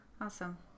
awesome